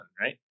Right